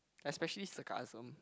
especially sarcasm